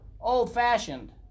old-fashioned